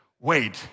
Wait